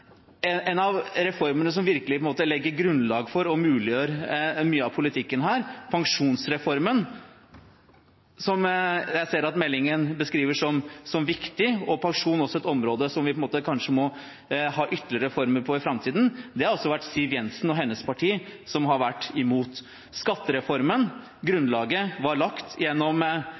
en av reformene som virkelig legger grunnlag for og muliggjør mye av politikken her, pensjonsreformen, som jeg ser at meldingen beskriver som viktig, og pensjon er også et område der vi kanskje må ha ytterligere reformer i framtiden, har også Siv Jensen og hennes parti vært mot. Skattereformen: Grunnlaget var lagt gjennom